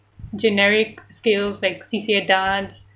generic skills like C_C_A dance